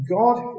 God